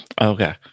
Okay